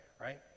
right